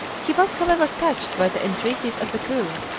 he was, however, touched by the entreaties of the crew,